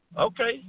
Okay